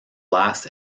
last